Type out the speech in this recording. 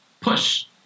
push